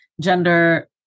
Gender